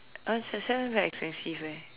uh s~ set one very expensive eh